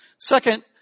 Second